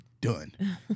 done